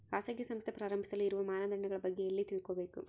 ಖಾಸಗಿ ಸಂಸ್ಥೆ ಪ್ರಾರಂಭಿಸಲು ಇರುವ ಮಾನದಂಡಗಳ ಬಗ್ಗೆ ಎಲ್ಲಿ ತಿಳ್ಕೊಬೇಕು?